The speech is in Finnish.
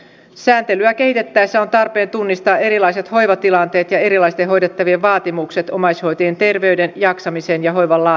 säätelyä kehitettäessä on tarpeen tunnistaa erilaiset hoivatilanteet ja erilaisten hoidettavien vaatimukset omaishoitajien terveyden jaksamisen ja hoivan laadun suhteen